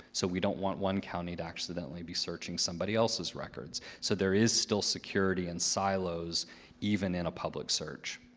so we don't want one county to accidentally be searching somebody else's records. so there is still security and silos even in a public search.